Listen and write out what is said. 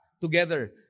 together